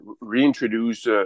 reintroduce